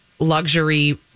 Luxury